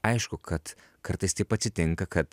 aišku kad kartais taip atsitinka kad